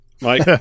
Mike